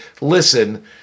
listen